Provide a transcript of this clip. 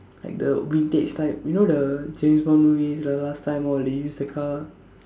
like the vintage type you know the James-Bond's movies the last time all they use the car